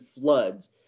floods